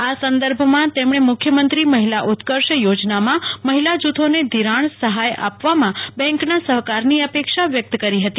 આ સંદર્ભમાં તેમણે મુખ્યમંત્રી મહિલા ઉત્કર્ષ યોજનામાં મહિલા જૂથોને ઘિરાણ સહાય આપવામાં બેંકના સહકારની અપેક્ષા વ્યક્ત કરી ફતી